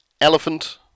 elephant